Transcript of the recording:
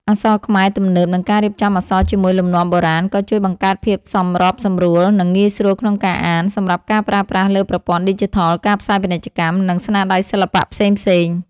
អក្សរខ្មែរទំនើប និងការរៀបចំអក្សរជាមួយលំនាំបុរាណក៏ជួយបង្កើតភាពសម្របសម្រួល និងងាយស្រួលក្នុងការអាន សម្រាប់ការប្រើប្រាស់លើប្រព័ន្ធឌីជីថល ការផ្សាយពាណិជ្ជកម្ម និងស្នាដៃសិល្បៈផ្សេងៗ។